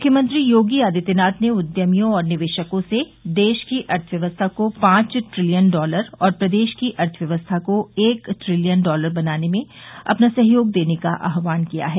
मुख्यमंत्री योगी आदित्यनाथ ने उद्यमियों और निवेशकों से देश की अर्थव्यवस्था को पांच ट्रिलियन डॉलर और प्रदेश की अर्थव्यवस्था को एक ट्रिलियन डॉलर बनाने में अपना सहयोग देने का आहवान किया है